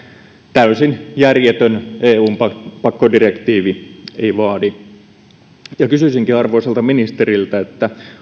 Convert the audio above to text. täysin järjetön eun pakkodirektiivi ei vaadi kysyisinkin arvoisalta ministeriltä